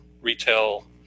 retail